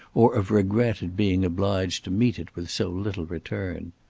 or of regret at being obliged to meet it with so little return.